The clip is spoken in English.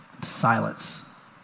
silence